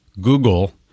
Google